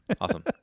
awesome